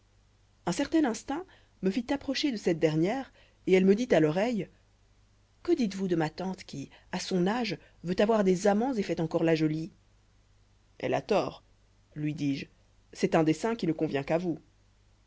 un certain instinct me fit approcher de cette dernière et elle me dit à l'oreille que dites-vous de ma tante qui à son âge veut avoir des amants et fait encore la jolie elle a tort lui dis-je c'est un dessein qui ne convient qu'à vous